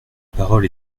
parole